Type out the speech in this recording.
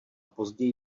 později